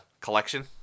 collection